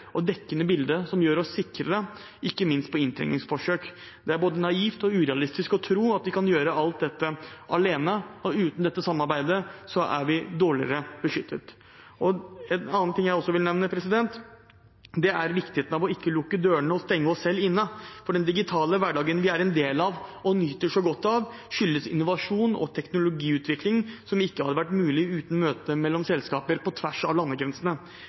mer dekkende bilde, som gjør oss sikrere, ikke minst ved inntrengningsforsøk. Det er både naivt og urealistisk å tro at vi kan gjøre alt dette alene, og uten dette samarbeidet er vi dårligere beskyttet. En annen ting jeg vil nevne, er viktigheten av ikke å lukke dørene og stenge oss selv inne, for den digitale hverdagen vi er en del av og nyter godt av, skyldes innovasjon og teknologiutvikling som ikke hadde vært mulig uten møter mellom selskaper på tvers av landegrensene.